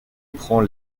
prend